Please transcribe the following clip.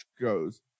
goes